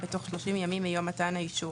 בתוך 30 ימים מיום מתן האישור,